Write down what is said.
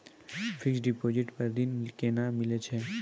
Fixed deposit पर ऋण केना मिलै छै?